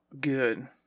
good